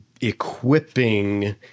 equipping